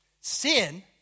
Sin